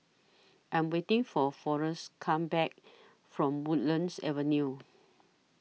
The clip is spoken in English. I Am waiting For Forest Come Back from Woodlands Avenue